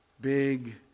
big